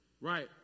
Right